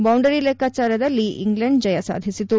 boundary ಲೆಕ್ನಾಚಾರದಲ್ಲಿ England ಜಯ ಸಾಧಿಸಿತು